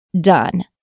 done